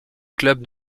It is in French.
club